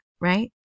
right